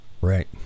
Right